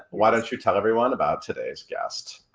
why don't you tell everyone about today's guest?